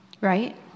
Right